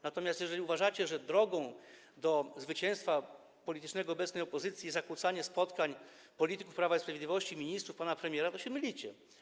Natomiast jeżeli uważacie, że drogą do zwycięstwa politycznego obecnej opozycji jest zakłócanie spotkań polityków Prawa i Sprawiedliwości, ministrów, pana premiera, to się mylicie.